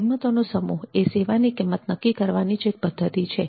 કિંમતોનો સમૂહ એ સેવા કિંમત નક્કી કરવાની જ એક પદ્ધતિ છે